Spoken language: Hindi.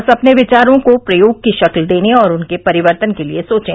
बस अपने विचारो को प्रयोग की शक्ल देने और उनके परिवर्तन के लिए सोचें